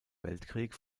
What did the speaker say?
weltkrieg